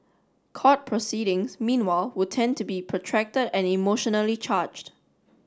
court proceedings meanwhile would tend to be protracted and emotionally charged